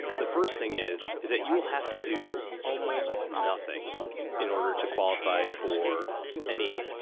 the first thing is, is that you will have to do almost nothing in order to qualify for any, ah,